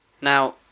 now